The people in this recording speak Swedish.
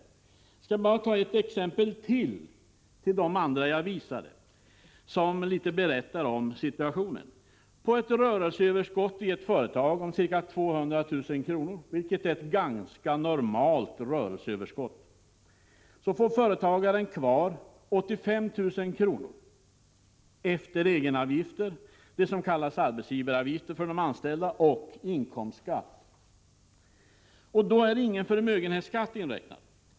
Jag skall bara ta ytterligare ett exempel, som berättar litet om situationen. På ett rörelseöverskott i ett företag om ca. 200 000 kr., vilket är ett ganska normalt rörelseöverskott, får företagaren kvar 85 000 kr. efter egenavgifter, det som kallas arbetsgivaravgifter för de anställda och inkomstskatt. Då är ingen förmögenhetsskatt inräknad.